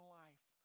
life